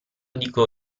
dico